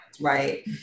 Right